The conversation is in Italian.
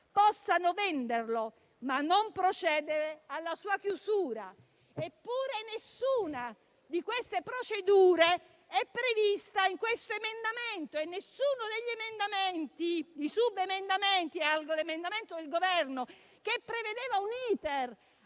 possono venderlo ma non procedere alla sua chiusura. Eppure nessuna di queste procedure è prevista in questo emendamento. Nessuno dei subemendamenti all'emendamento del Governo, che prevedeva un